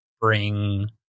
bring